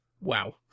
Wow